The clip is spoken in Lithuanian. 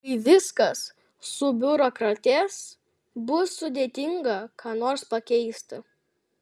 kai viskas subiurokratės bus sudėtinga ką nors pakeisti